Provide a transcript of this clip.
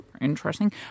Interesting